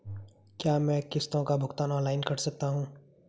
क्या मैं किश्तों का भुगतान ऑनलाइन कर सकता हूँ?